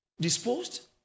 disposed